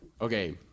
Okay